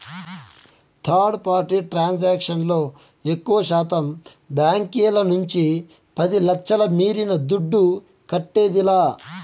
third party transaction లో ఎక్కువశాతం బాంకీల నుంచి పది లచ్ఛల మీరిన దుడ్డు కట్టేదిలా